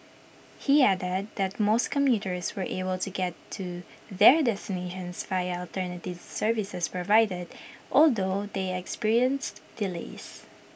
he added that most commuters were able to get to their destinations via alternative services provided although they experienced delays